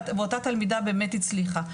ואותה תלמידה באמת הצליחה,